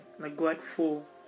neglectful